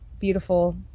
beautiful